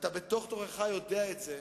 אתה בתוך תוכך יודע את זה,